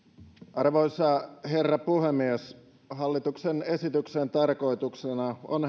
arvoisa herra puhemies hallituksen esityksen tarkoituksena on